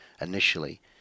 initially